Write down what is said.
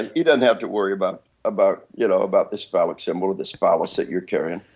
and you don't have to worry about about you know about this phallus symbol, this phallus that you are carrying.